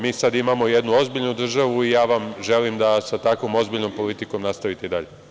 Mi sada imamo jednu ozbiljnu državu i ja vam želim da sa tako ozbiljnom politikom nastavite i dalje.